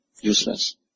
Useless